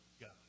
God